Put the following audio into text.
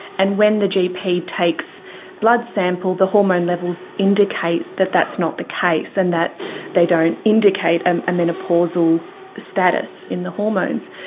and when the gp takes a blood sample the hormone levels indicate that that's not the case and that they don't indicate and a menopausal status in the hormones.